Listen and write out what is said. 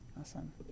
Awesome